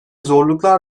zorluklar